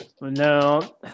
No